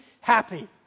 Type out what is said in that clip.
happy